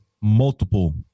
multiple